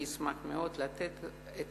אני אשמח מאוד לתת את